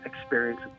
experience